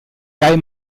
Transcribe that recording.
dai